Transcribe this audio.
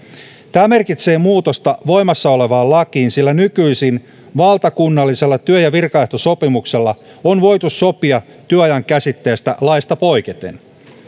tämä merkitsee muutosta voimassa olevaan lakiin sillä nykyisin valtakunnallisella työ ja virkaehtosopimuksella on voitu sopia työajan käsitteestä laista poiketen